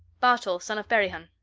bartol son of berihun.